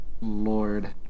Lord